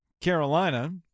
Carolina